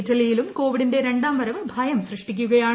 ഇറ്റലിയിലും കോവിഡിന്റെ രണ്ടാംവരവ് ഭയം സൃഷ്ടിക്കുകയാണ്